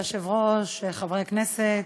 כבוד היושב-ראש, חברי הכנסת,